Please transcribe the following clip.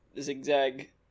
zigzag